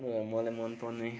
र मलाई मन पर्ने